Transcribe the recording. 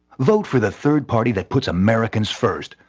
vote for the third party that puts americans first.